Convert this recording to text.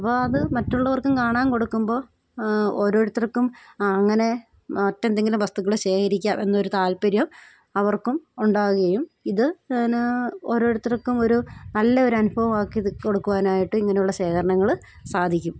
അപ്പം അത് മറ്റുള്ളവർക്കും കാണാൻ കൊടുക്കുമ്പോൾ ഓരോരുത്തർക്കും അങ്ങനെ മറ്റെന്തെങ്കിലും വസ്തുക്കളും ശേഖരിക്കാം എന്നൊരു താല്പര്യം അവർക്കും ഉണ്ടാകുകയും ഇത് എന്നാ ഓരോരുത്തർക്കും ഒരു നല്ലൊരനുഭവമാക്കിയത് കൊടുക്കുവാനായിട്ട് ഇങ്ങനെയുള്ള ശേഖരണങ്ങൾ സാധിക്കും